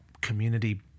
community